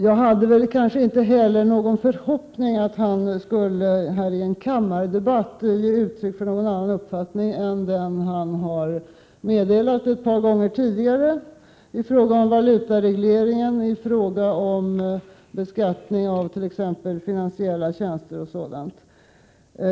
Jag hade kanske inte heller någon förhoppning om att han här i en kammardebatt skulle ge uttryck för någon annan uppfattning än den han har meddelat ett par gånger tidigare i fråga om valutaregleringen, beskattningen avt.ex. finansiella tjänster m.m.